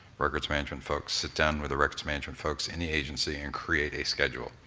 records management folks sit down with the records management folks in the agency and create a schedule,